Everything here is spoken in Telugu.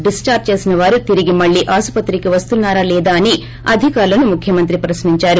డిశ్పార్ట్ చేసిన వారు తిరిగి మళ్లీ ఆస్పత్రికి వస్తున్నారా లేదా అని అధికారులను ముఖ్యమంత్రి ప్రశ్ని ంచారు